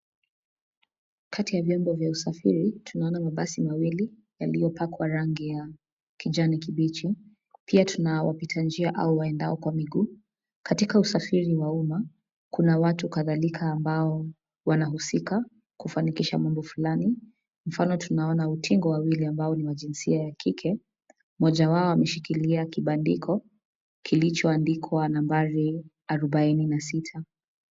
Kati ya vyombo vya usafiri, tunaona mabasi mawili yaliyopakwa rangi ya kijani kibichi. Pia tuna wapita njia au waendao kwa miguu. Katika usafiri wa umma kuna watu kadhalika ambao wanahusika kufanikisha mambo fulani; mfano tunaona utingo wawili wa jinsia ya kike, mmoja wao ameshikilia kibandiko kilichoandikwa nambari 46.